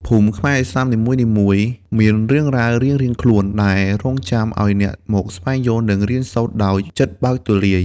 ភូមិខ្មែរឥស្លាមនីមួយៗមានរឿងរ៉ាវរៀងៗខ្លួន ដែលរង់ចាំឱ្យអ្នកមកស្វែងយល់ និងរៀនសូត្រដោយចិត្តបើកទូលាយ។